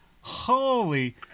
Holy